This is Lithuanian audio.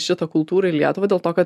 šitą kultūrą į lietuvą dėl to kad